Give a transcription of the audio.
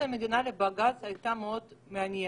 תשובות המדינה לבג"ץ הייתה מאוד מעניינת: